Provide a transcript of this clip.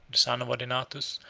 the son of odenathus,